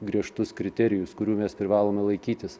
griežtus kriterijus kurių mes privalome laikytis